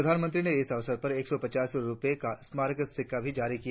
प्रधानमंत्री ने इस अवसर पर एक सौ पचास रुपये का स्मारक सिक्का भी जारी किया